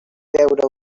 veure